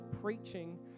preaching